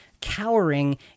cowering